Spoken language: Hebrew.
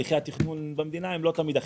הליכי התכנון במדינה הם לא תמיד הכי מהירים.